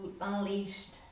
unleashed